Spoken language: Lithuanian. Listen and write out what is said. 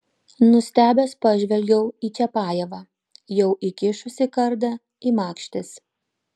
nustebęs pažvelgiau į čiapajevą jau įkišusį kardą į makštis